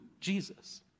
Jesus